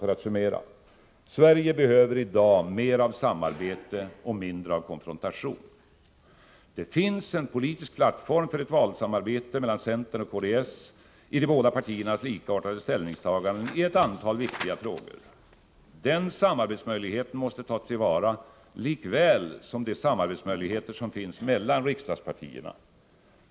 För att summera: Sverige behöver i dag mer av samarbete och mindre av konfrontation. Det finns en politisk plattform för ett valsamarbete mellan centern och kds i de båda partiernas likartade ställningstaganden i ett antal viktiga frågor. Den samarbetsmöjligheten måste tas till vara lika väl som de samarbetsmöjligheter som finns mellan riksdagspartierna.